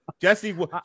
Jesse